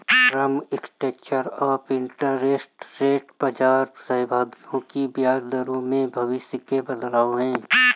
term structure of interest rate बाजार सहभागियों की ब्याज दरों में भविष्य के बदलाव है